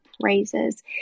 praises